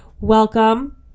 welcome